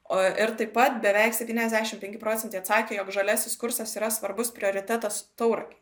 o ir taip pat beveik septyniasdešim penki procentai atsakė jog žaliasis kursas yra svarbus prioritetas tauragei